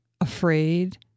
afraid